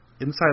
inside